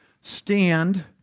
Stand